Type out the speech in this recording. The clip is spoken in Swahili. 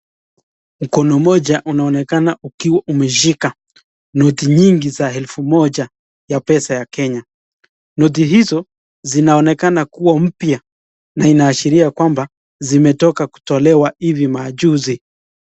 Mkono moja unaonekana ukiwa umeshika noti nyingi za elfu moja ya pesa ya Kenya. Noti hizo zinaonekana kuwa mpya, na inaashiria kwamba zimetoka kutolewa hivi majuzi.